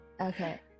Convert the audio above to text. Okay